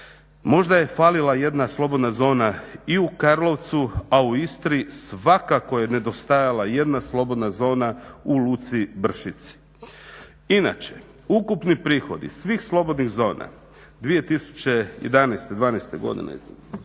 možda je falila jedna slobodna zona i u Karlovcu, a u Istri svakako je nedostajala jedna slobodna zona u Luci Bršici. Inače ukupni prihodih svih slobodnih zona 2011., 2012.godine ne znam